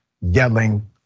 yelling